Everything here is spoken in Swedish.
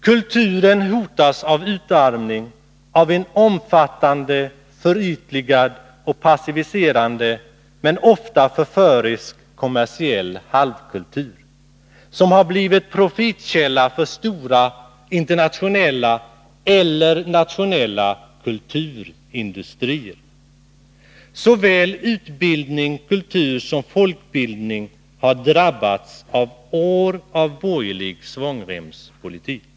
Kulturen hotas av utarmning av en omfattande förytligad och passiviserande — men ofta förförisk — kommersiell halvkultur, som har blivit profitkälla för stora internationella eller nationella ”kulturindustrier”. Såväl utbildning och kultur som folkbildning har drabbats av år av borgerlig svångremspolitik.